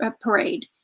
parade